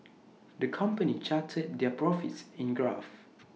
the company charted their profits in graph